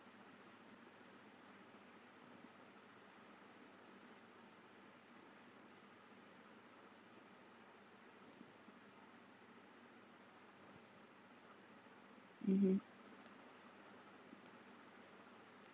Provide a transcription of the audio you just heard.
(uh huh)